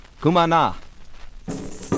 Kumana